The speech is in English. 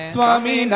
Swami